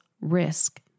risk